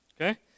okay